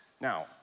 Now